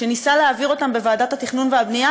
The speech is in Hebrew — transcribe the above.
שניסה להעביר אותם בוועדת התכנון והבנייה,